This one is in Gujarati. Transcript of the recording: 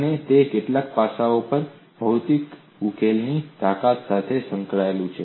અને તે કેટલાક પાસાઓ પર ભૌતિક ઉકેલની તાકાત સાથે સંકળાયેલું છે